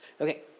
Okay